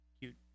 cute